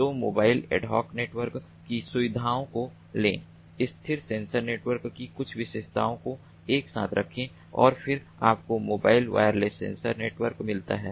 तो mobile ad hoc network की सुविधाओं को लें स्थिर सेंसर नेटवर्क की कुछ विशेषताओं को एक साथ रखें और फिर आपको मोबाइल वायरलेस सेंसर नेटवर्क मिलता है